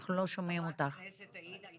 חברת הכנסת עאידה תומא,